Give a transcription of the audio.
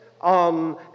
on